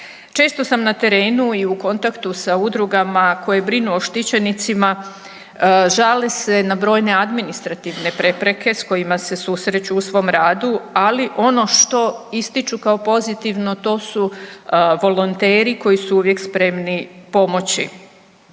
Često sam na terenu i u kontaktu sa udrugama koje brinu o štićenicima, žale se na brojne administrativne prepreke s kojima se susreću u svom radu, ali ono što ističu kao pozitivno to su volonteri koji su uvijek spremni pomoći.